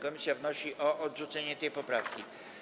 Komisja wnosi o odrzucenie tej poprawki.